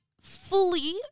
fully